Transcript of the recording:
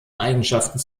eigenschaften